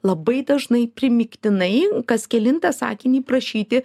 labai dažnai primygtinai kas kelintą sakinį prašyti